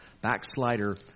Backslider